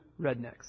rednecks